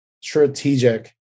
strategic